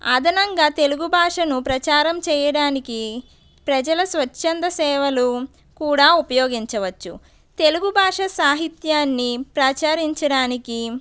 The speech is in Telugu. అదనంగా తెలుగు భాషను ప్రచారం చేయడానికి ప్రజలు స్వచ్చంధ సేవలు కూడా ఉపయోగించవచ్చు తెలుగు భాష సాహిత్యాన్ని ప్రచారించడానికి